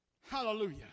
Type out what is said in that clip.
Hallelujah